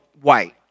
white